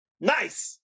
Nice